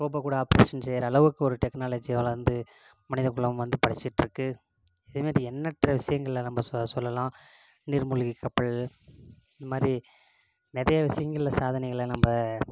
robot கூட operation செய்கிற அளவுக்கு ஒரு டெக்னாலஜி வளர்ந்து மனிதக்குலம் வந்து படைச்சிட்டு இருக்கு இது மாதிரி எண்ணெற்ற விஷயங்களில் நம்ம சொல்லலாம் நீர் மூழ்கி கப்பல் இது மாதிரி நிறைய விஷயங்களில் சாதனைகளை நம்ம